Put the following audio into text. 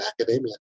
academia